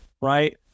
right